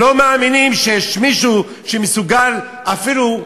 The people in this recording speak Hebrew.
לא מאמינים שיש מישהו שמסוגל אפילו,